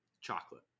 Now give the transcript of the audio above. Chocolate